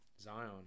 Zion